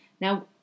now